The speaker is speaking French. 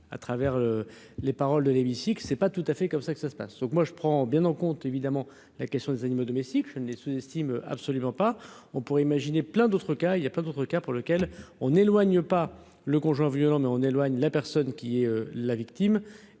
à travers les paroles de l'hémicycle, c'est pas tout à fait comme ça que ça se passe, donc moi je prend bien en compte évidemment la question des animaux domestiques, je ne les sous-estime absolument pas, on pourrait imaginer plein d'autres cas il y a pas d'autres cas, pour lequel on éloigne pas le conjoint violent mais on éloigne l'affaire. Ce qui est la victime